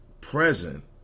present